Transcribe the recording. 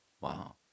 Wow